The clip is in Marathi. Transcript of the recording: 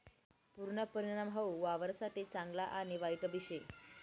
पुरना परिणाम हाऊ वावरससाठे चांगला आणि वाईटबी शे